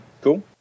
Cool